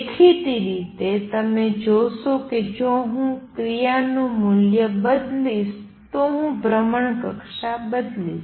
દેખીતી રીતે તમે જોશો કે જો હું ક્રિયા નું મૂલ્ય બદલીશ તો હું ભ્રમણકક્ષા બદલીશ